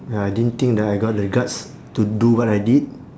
ya I didn't think that I got the guts to do what I did